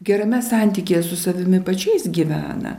gerame santykyje su savimi pačiais gyvena